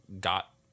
got